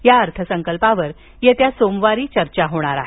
या अर्थसंकल्पावर सोमवारी चर्चा होणार आहे